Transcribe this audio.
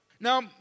Now